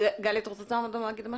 גלי, את רוצה להגיד עוד משהו?